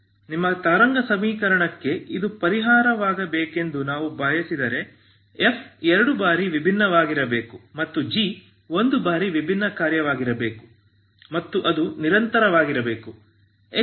ನಿಮ್ಮ ತರಂಗ ಸಮೀಕರಣಕ್ಕೆ ಇದು ಪರಿಹಾರವಾಗಬೇಕೆಂದು ನಾವು ಬಯಸಿದರೆ f ಎರಡು ಬಾರಿ ವಿಭಿನ್ನವಾಗಿರಬೇಕು ಮತ್ತು g ಒಂದು ಬಾರಿ ವಿಭಿನ್ನ ಕಾರ್ಯವಾಗಿರಬೇಕು ಮತ್ತು ಅದು ನಿರಂತರವಾಗಿರಬೇಕು